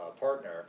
partner